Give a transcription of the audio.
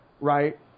right